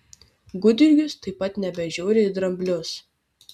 gudjurgis taip pat nebežiūri į dramblius